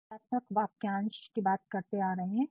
हम सकारात्मक वाक्यांश की बात करते आ रहे हैं